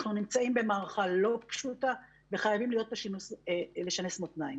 אנחנו נמצאים במערכה לא פשוטה וחייבים לשנס מותניים.